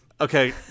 Okay